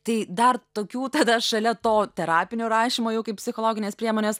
tai dar tokių tada šalia to terapinio rašymo jau kaip psichologinės priemonės